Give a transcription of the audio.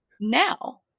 now